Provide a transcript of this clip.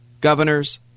governors